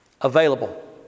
Available